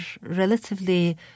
relatively